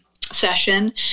session